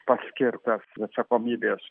paskirtas atsakomybės